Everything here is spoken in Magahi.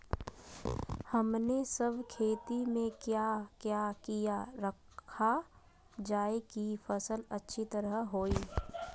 हमने सब खेती में क्या क्या किया रखा जाए की फसल अच्छी तरह होई?